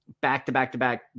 Back-to-back-to-back